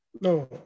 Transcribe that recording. No